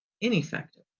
ineffective